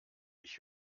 ich